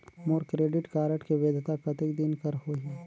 मोर credit card के वैधता कतेक दिन कर होही?